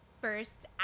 First